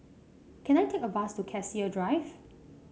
can I take a bus to Cassia Drive